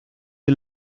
die